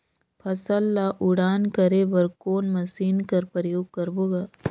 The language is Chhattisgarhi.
फसल ल उड़ान करे बर कोन मशीन कर प्रयोग करबो ग?